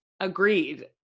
Agreed